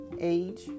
age